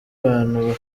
abantu